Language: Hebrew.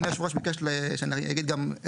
השאלה אם אנחנו במצב שאנחנו מגדרים את